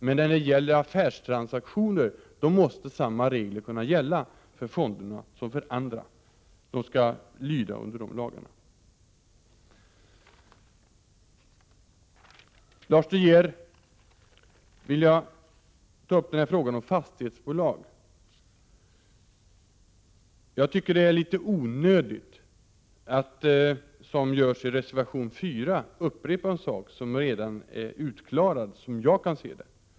Men när det är fråga om affärstransaktioner, måste samma regler gälla för fonder som för andra placerare. De skall lyda under samma lagar. Lars De Geer tog upp frågan om fastighetsbolag. Jag tycker att det är onödigt att, som görs i reservation 6, upprepa en sak som redan är utklarad, såvitt jag kan se det.